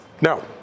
No